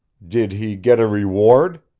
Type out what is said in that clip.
did he get a reward?